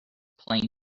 plain